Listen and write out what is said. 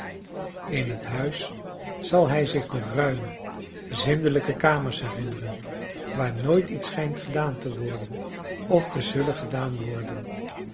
in het huis zal hij zich de ruime zindelijke kamers herinneren waar nooit iets schijnt gedaan te worden of te zullen gedaan worden